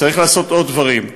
וצריך לעשות עוד דברים,